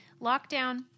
lockdown